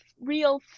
real